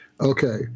Okay